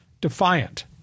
Defiant